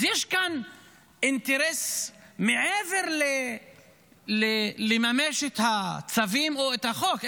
אז יש כאן אינטרס מעבר למימוש הצווים או החוק,